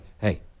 hey